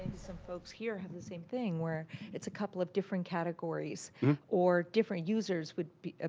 some folks here have the same thing where it's a couple of different categories or different users would be ah